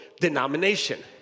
denomination